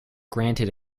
granted